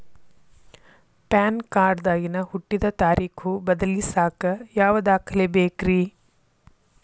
PAN card ದಾಗಿನ ಹುಟ್ಟಿದ ತಾರೇಖು ಬದಲಿಸಾಕ್ ಯಾವ ದಾಖಲೆ ಬೇಕ್ರಿ?